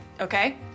okay